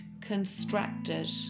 constructed